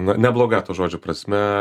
na ne bloga to žodžio prasme